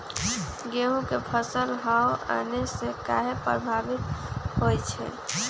गेंहू के फसल हव आने से काहे पभवित होई छई?